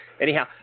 Anyhow